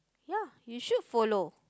ya you should follow